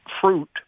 fruit